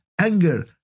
anger